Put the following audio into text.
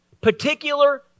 particular